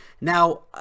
Now